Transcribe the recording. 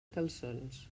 calçons